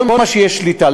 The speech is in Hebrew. כל מה שיש שליטה,